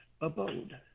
abode